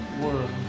world